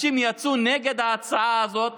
אנשים יצאו נגד ההצעה הזאת